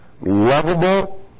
lovable